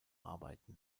arbeiten